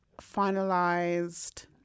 finalized